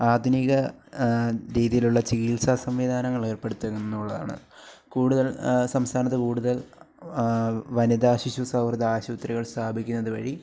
ആധുനിക രീതിയിലുള്ള ചികിത്സാ സംവിധാനങ്ങളേര്പ്പെടുത്തുക എന്നുള്ളതാണ് കൂടുതല് സംസ്ഥാനത്ത് കൂടുതല് വനിതാശിശു സൗഹൃദ ആശുപത്രികള് സ്ഥാപിക്കുന്നത് വഴി